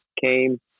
came